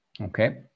Okay